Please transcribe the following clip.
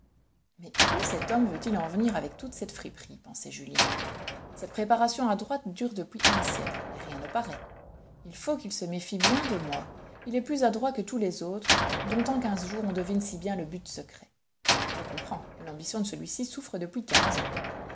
mais où cet homme veut-il en venir avec toute cette friperie pensait julien cette préparation adroite dure depuis un siècle et rien ne paraît il faut qu'il se méfie bien de moi il est plus adroit que tous les autres dont en quinze jours on devine si bien le but secret je comprends l'ambition de celui-ci souffre depuis quinze